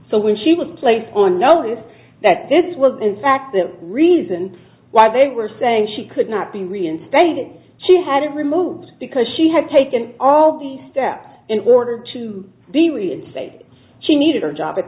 so when she was placed on notice that this was in fact the reason why they were saying she could not be reinstated that she had removed because she had taken all the steps in order to be reinstated she needed a job at